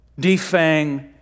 defang